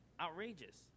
Outrageous